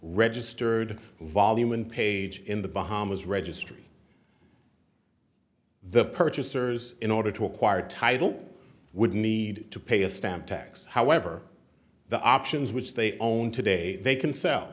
registered volume and page in the bahamas registry the purchasers in order to acquire title would need to pay a stamp tax however the options which they own today they can sell